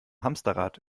hamsterrad